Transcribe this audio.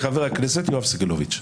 חברת הכנסת טלי גוטליב.